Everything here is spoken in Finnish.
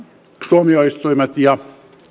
tuomioistuimet ja